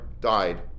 died